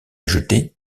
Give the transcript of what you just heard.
jetée